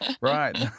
Right